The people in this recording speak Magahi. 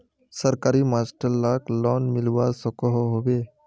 सरकारी मास्टर लाक लोन मिलवा सकोहो होबे?